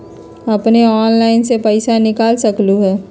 अपने ऑनलाइन से पईसा निकाल सकलहु ह?